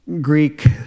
Greek